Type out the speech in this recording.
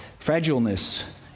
fragileness